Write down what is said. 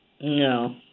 no